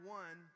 one